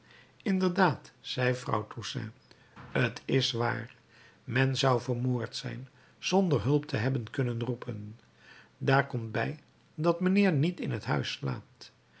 inderdaad zei vrouw toussaint t is waar men zou vermoord zijn zonder hulp te hebben kunnen roepen daar komt bij dat mijnheer niet in het huis slaapt